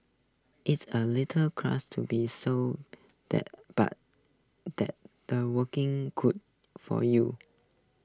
it's A little to be so that but that's the working could for you